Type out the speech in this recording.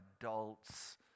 adults